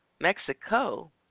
Mexico